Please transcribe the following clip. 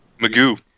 Magoo